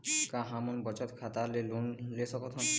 का हमन बचत खाता ले लोन सकथन?